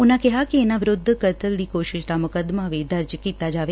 ਉਨੂਾਂ ਕਿਹਾ ਕਿ ਇਨੂਾਂ ਵਿਰੁੱਧ ਕਤਲ ਦੀ ਕੋਸ਼ਿਸ਼ ਦਾ ਮੁਕੱਦਮਾ ਵੀ ਦਰਜ ਕੀਤਾ ਜਾਵੇ